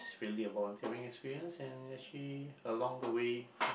really a volunteering experience and actually along the way